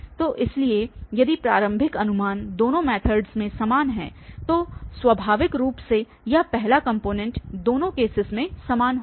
तो इसलिए यदि प्रारंभिक अनुमान दोनों मैथडस में समान है तो स्वाभाविक रूप से यह पहला कॉम्पोनेंट दोनों केसेस में समान होगा